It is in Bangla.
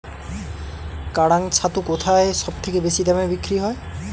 কাড়াং ছাতু কোথায় সবথেকে বেশি দামে বিক্রি হয়?